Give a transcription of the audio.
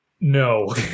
No